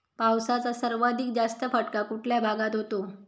पावसाचा सर्वाधिक जास्त फटका कुठल्या भागात होतो?